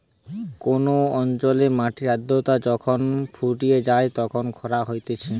কোন অঞ্চলের মাটির আদ্রতা যখন ফুরিয়ে যায় তখন খরা হতিছে